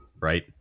right